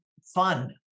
fun